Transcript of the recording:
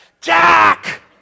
Jack